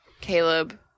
Caleb